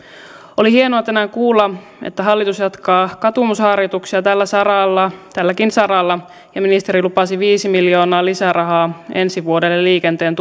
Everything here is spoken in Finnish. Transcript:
oli hienoa tänään kuulla että hallitus jatkaa katumusharjoituksia tälläkin saralla tälläkin saralla ja ministeri lupasi viisi miljoonaa lisärahaa ensi vuodelle liikenteen